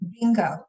Bingo